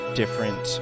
different